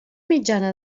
mitjana